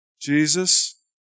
Jesus